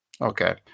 Okay